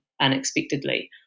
unexpectedly